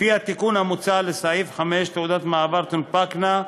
לפי התיקון המוצע לסעיף 5, תעודות מעבר תונפקנה,